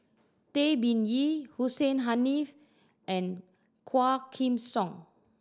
Tay Bin Wee Hussein Haniff and Quah Kim Song